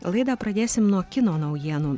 laidą pradėsim nuo kino naujienų